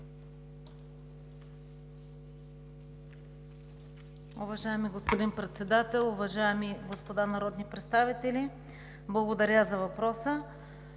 Уважаеми господин Председател, уважаеми господа народни представители! Благодаря за въпроса.